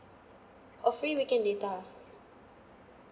oh free weekend data